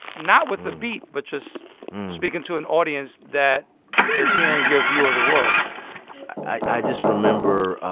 not with the beat but just speaking to an audience that is hearing your view of the world i just remember